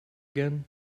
again